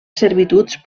servituds